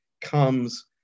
comes